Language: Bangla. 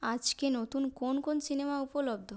আজকে নতুন কোন কোন সিনেমা উপলব্ধ